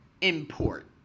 import